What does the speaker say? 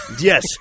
Yes